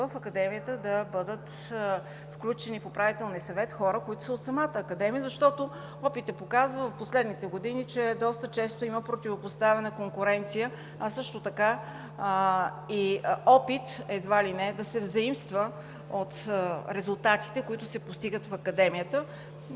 в Академията, да бъдат включени в Управителния съвет хора, които са от самата Академия. Опитът от последните години показва, че доста често има противопоставяне, конкуренция, а също така и опит едва ли не да се взаимства от резултатите, които се постигат в Академията.